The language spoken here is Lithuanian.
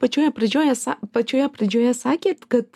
pačioje pradžioje sa pačioje pradžioje sakėt kad